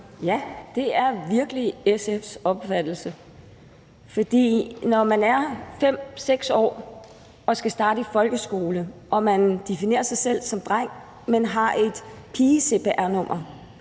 Ja, det er virkelig SF's opfattelse. For når man er 5-6 år og skal starte i folkeskole og definerer sig selv som dreng, men har et pige-cpr-nummer,